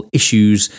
issues